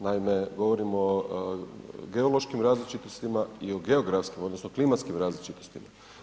Naime, govorim o geološkim različitostima i o geografskim odnosno klimatskim različitostima.